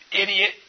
idiot